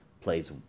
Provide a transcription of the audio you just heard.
plays